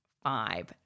five